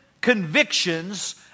convictions